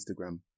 instagram